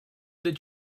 that